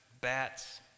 bats